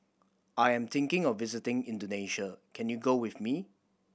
I am thinking of visiting Indonesia can you go with me